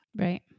Right